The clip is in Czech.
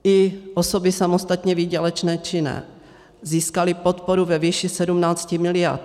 I osoby samostatně výdělečně činné získaly podporu ve výši 17 miliard.